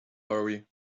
hurry